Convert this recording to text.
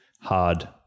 hard